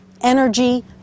energy